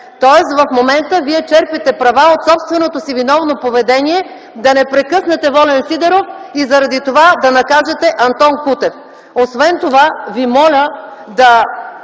Тоест в момента Вие черпите права от собственото си виновно поведение да не прекъснете Волен Сидеров и заради това да накажете Антон Кутев. Освен това Ви моля да